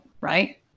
right